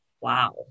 Wow